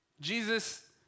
Jesus